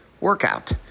workout